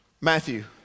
Matthew